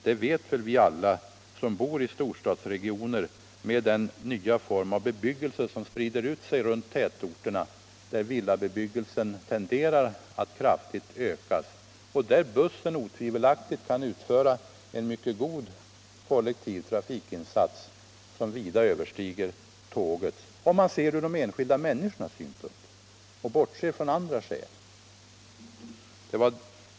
Det vet vi alla som bor i storstadsregioner, där villabebyggelsen — som sprider ut sig runt tätorterna — tenderar att öka kraftigt. Där kan bussen otvivelaktigt utföra en mycket god kollektiv trafikinsats, som vida överträffar tågets, om man ser det från de enskilda människornas synpunkt och bortser från andra synpunkter.